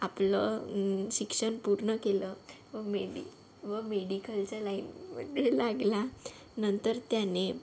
आपलं शिक्षण पूर्ण केलं व मेडी व मेडीकलच्या लाईनमध्ये लागला नंतर त्याने